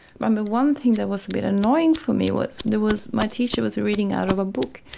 remember one thing that was a bit annoying for me was and was my teacher was reading out of a book.